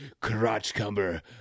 crotch-cumber